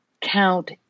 count